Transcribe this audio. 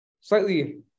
slightly